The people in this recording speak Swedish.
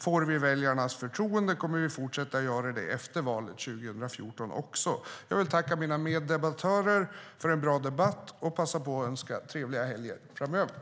Får vi väljarnas förtroende kommer vi fortsätta göra det även efter valet 2014. Jag vill tacka mina meddebattörer för en bra debatt och passa på att önska trevliga helger framöver.